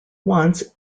once